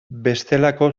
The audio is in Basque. bestelako